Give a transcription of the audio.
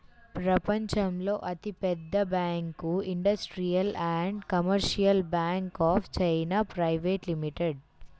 ప్రపంచంలో అతిపెద్ద bank industrial and commercial bank of China private limited